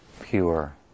pure